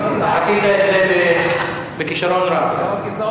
עשית את זה בכשרון רב.